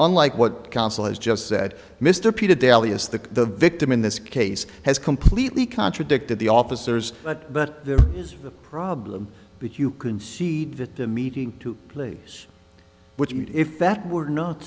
unlike what counsel has just said mr peter daly is the the victim in this case has completely contradicted the officers but there is a problem but you can see that the meeting two plays which would if that were not